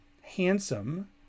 handsome